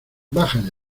baja